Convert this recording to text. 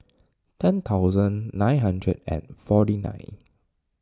ten thousand nine hundred and forty nine